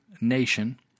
nation